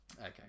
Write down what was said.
Okay